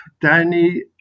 Danny